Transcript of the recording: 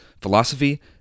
philosophy